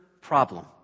problem